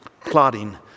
plotting